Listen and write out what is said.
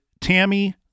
Tammy